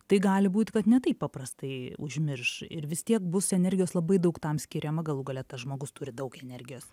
tai gali būt kad ne taip paprastai užmirš ir vis tiek bus energijos labai daug tam skiriama galų gale tas žmogus turi daug energijos